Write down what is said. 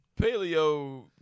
paleo